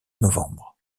novembre